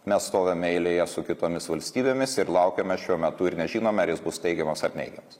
mes stovime eilėje su kitomis valstybėmis ir laukiame šiuo metu ir nežinome ar jis bus teigiamas ar neigiamas